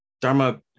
Dharma